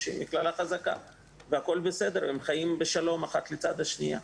שהיא מכללה חזקה והכול בסדר והן חיות בשלום אחת לצד השנייה.